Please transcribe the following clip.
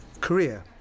Korea